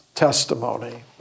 testimony